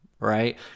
right